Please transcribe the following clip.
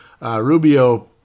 Rubio